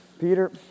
Peter